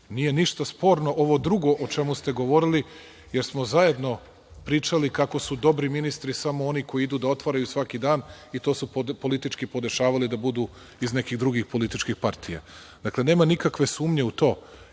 Nije ništa sporno ovo drugo o čemu ste govorili, jer smo zajedno pričali kako su dobri ministri samo oni koji idu da otvaraju svaki dan i to su politički podešavali da budu iz nekih drugih političkih partija. Dakle, nema nikakve sumnje u to.